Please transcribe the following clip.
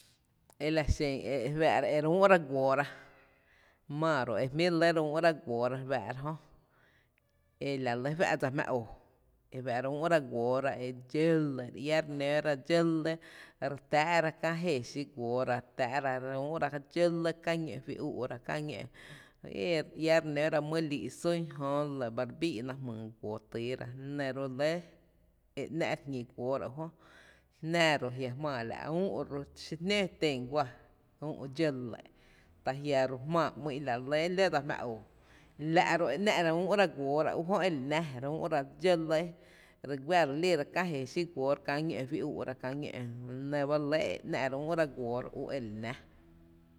Ela xen e e re fáá’ ra re úú’ra guoora, maa ró’ e jmíí’ re lɇ ere úú’ra guoora re fáá’ra jö e el re lɇ fá’ dsa jmⱥⱥ e fa’ re úú’ra guoora dxó lɇ re nǿra dxǿ lɇ jée xí guoora re tⱥⱥ’ra re úú’ra dxó lɇ kää ñó’ fí ú’ra, e re iä re ere úu’ra köö guoora o re úu’ra köö guoo jööra dxǿ ñǿ’ gá ere kiera köö ý o ñǿ’ gá ere ïï’rekiera ta é náa’. Reúu’ra guoora ere nǿ ra dxǿ lɇ mý xaa’ xí guoora jötu re nǿ ra kää mý dxáa’ joguoora kö, re jmⱥⱥ ra Kó mý pee mý yǿǿ xí guoora jö re re nǿra mý dxáa’ jö guoora lanún kú jñi dxǿ, jö ry ‘laa’ra jý jui úu’ra ka ñǿ’ juú úu’ra kö eku uɇɇ jy ‘laa e pi lǿǿ’ tⱥⱥ’ ela nún eri jíreúu’ra dxǿ guoora, la’ re lɇ e ‘nⱥ’ li üü’ guoora xiru e ‘naana ere úu’ra e dxǿ la’, la nɇ bá re lɇ e re úú’ ra guoora ú e la nⱥⱥ.